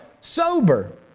sober